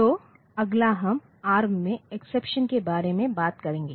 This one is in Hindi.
तो अगला हम एआरएम में एक्सेप्शन के बारे में बात करेंगे